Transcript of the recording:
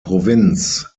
provinz